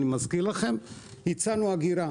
הצענו אגירה.